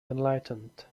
enlightened